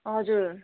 हजुर